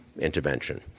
intervention